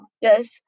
Yes